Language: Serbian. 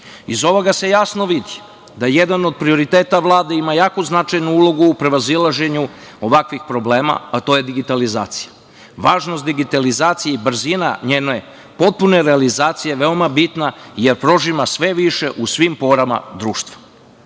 Iz ovoga se jasno vidi da jedan od prioriteta Vlade ima jako značajnu ulogu u prevazilaženju ovakvih problema, a to je digitalizacija. Važnost digitalizacije i brzina njene potpune realizacije je veoma bitna jer prožima sve više u svim porama društva. Svi